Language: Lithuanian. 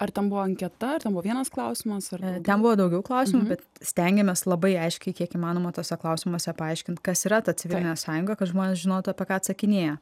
ar ten buvo anketa ar ten buvo vienas klausimas ar ten buvo daugiau klausimų bet stengėmės labai aiškiai kiek įmanoma tuose klausimuose paaiškint kas yra ta civilinė sąjunga kad žmonės žinotų apie ką atsakinėja